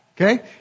Okay